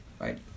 right